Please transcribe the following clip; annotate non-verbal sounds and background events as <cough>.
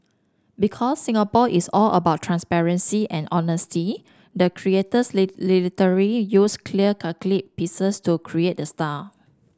because Singapore is all about transparency and honesty the creators <unintelligible> literally used clear <unintelligible> pieces to create the star